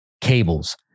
cables